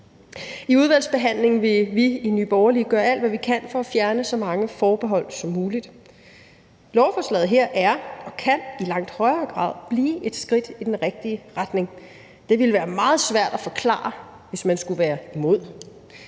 I udvalgsbehandlingen vil vi i Nye Borgerlige gøre alt, hvad vi kan, for at fjerne så mange forbehold som muligt. Lovforslaget her er og kan i langt højere grad blive et skridt i den rigtige retning. Det ville være meget svært at forklare, hvis man skulle være imod.